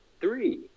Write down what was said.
Three